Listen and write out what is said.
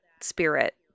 spirit